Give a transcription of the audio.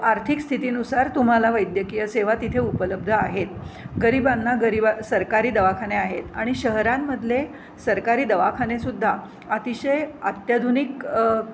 आर्थिक स्थितीनुसार तुम्हाला वैद्यकीय सेवा तिथे उपलब्ध आहेत गरिबांना गरिबा सरकारी दवाखाने आहेत आणि शहरांमधले सरकारी दवाखानेसुद्धा अतिशय आत्याधुनिक